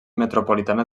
metropolitana